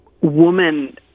woman